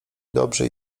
dobrze